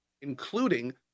including